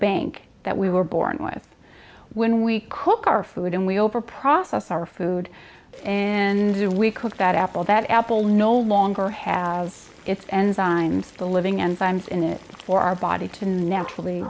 bank that we were born with when we cook our food and we over process our food and do we cook that apple that apple no longer has its enzymes the living and times in it for our body to naturally